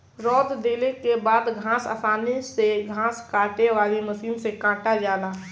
रौंद देले के बाद घास आसानी से घास काटे वाली मशीन से काटा जाले